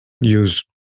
use